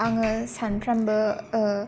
आङो सानफ्रामबो ओ